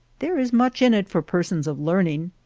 there is much in it for persons of learning.